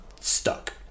stuck